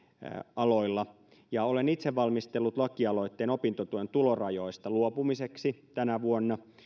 aloilla olen itse valmistellut lakialoitteen opintotuen tulorajoista luopumiseksi tänä vuonna